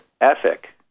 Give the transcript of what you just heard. ethic